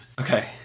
Okay